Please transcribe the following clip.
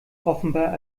offenbar